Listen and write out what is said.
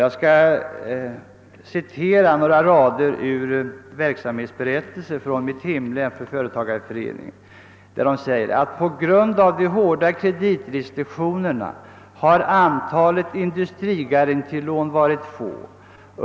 Jag skall återge ett uttalande i verksamhetsberättelsen för företagareföreningen i mitt hemlän: På grund av de hårda kreditrestriktionerna har antalet industrigarantilån varit få.